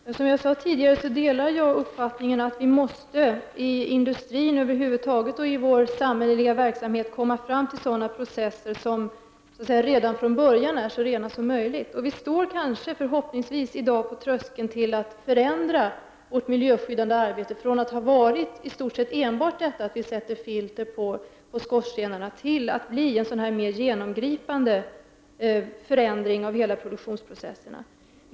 Herr talman! Som jag tidigare sade delar jag uppfattningen att man inom industrin och över huvud taget inom vår samhälleliga verksamhet måste nå fram till sådana processer som redan från början är så rena som möjligt. Vi står förhoppningsvis i dag på tröskeln till en förändring av vårt miljöskyddande arbete från att enbart sätta filter på skorstenarna till att genomföra en mer genomgripande förändring av hela produktionsprocessen.